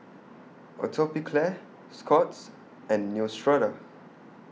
Atopiclair Scott's and Neostrata